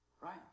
right